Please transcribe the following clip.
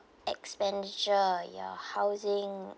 expenditure your housing